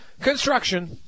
Construction